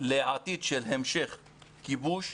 לעתיד של המשך כיבוש,